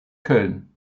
köln